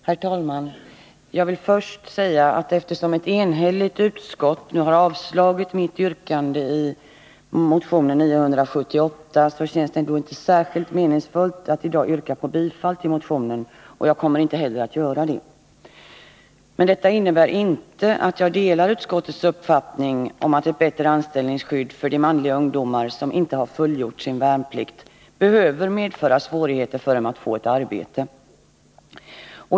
Herr talman! Jag vill först säga, att eftersom ett enhälligt utskott har 80 avstyrkt mitt yrkande i motion 978, känns det inte särskilt meningsfullt att i dag yrka bifall till motionen, och jag kommer inte heller att göra det. Detta innebär inte att jag delar utskottets uppfattning, att ett bättre anställningsskydd för de manliga ungdomar som inte fullgjort sin värnplikt behöver medföra svårighet för dem att få arbete.